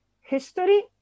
history